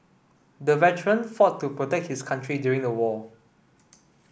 the veteran fought to protect his country during the war